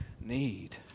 need